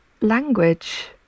language